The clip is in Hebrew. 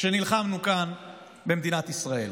שנלחמנו כאן במדינת ישראל.